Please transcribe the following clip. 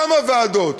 כמה ועדות.